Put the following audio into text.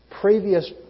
previous